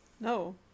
No